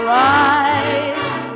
right